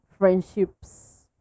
Friendships